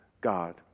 God